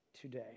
today